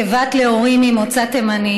כבת להורים ממוצא תימן,